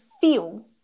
feel